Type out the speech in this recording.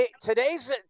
today's